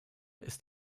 ist